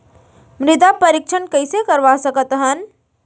मृदा परीक्षण कइसे करवा सकत हन?